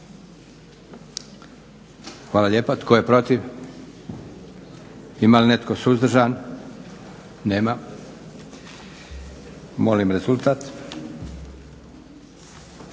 Hvala lijepa. Tko je protiv? Hvala lijepa. Tko je suzdržan? Molim rezultat.